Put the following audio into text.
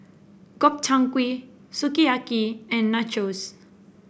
Gobchang Gui Sukiyaki and Nachos